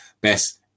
best